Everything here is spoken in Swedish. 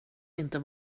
inte